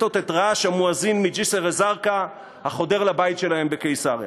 עוד את רעש המואזין מג'סר-א-זרקא החודר לבית שלהם בקיסריה.